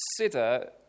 consider